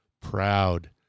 proud